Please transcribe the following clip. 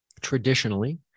traditionally